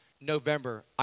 November